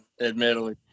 admittedly